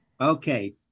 Okay